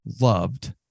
loved